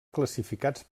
classificats